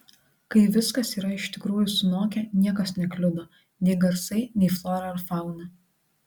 kai viskas yra iš tikrųjų sunokę niekas nekliudo nei garsai nei flora ar fauna